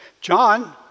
John